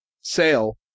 sale